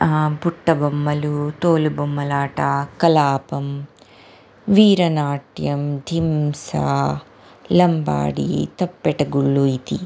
पुट्टबोम्मलु तोलुबोम्मलाटा कलापं वीरनाट्यं धिंसा लम्बाडि तप्पेडगुळ्ळु इति